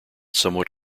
somewhat